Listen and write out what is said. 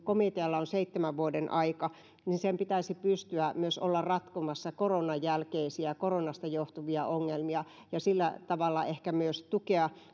komitealla on seitsemän vuoden aika niin sen pitäisi pystyä olemaan ratkomassa myös koronan jälkeisiä koronasta johtuvia ongelmia ja sillä tavalla ehkä myös tukemaan